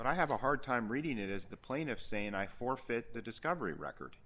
but i have a hard time reading it as the plaintiffs say and i forfeit the discovery record